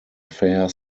fair